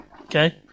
Okay